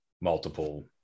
multiple